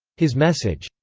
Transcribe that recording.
his message,